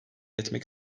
etmek